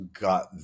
got